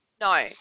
no